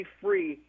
free